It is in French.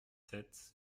sept